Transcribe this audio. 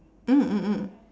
mm mm mm